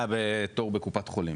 היה בתור בקופת חולים.